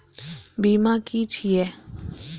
बीमा की छी ये?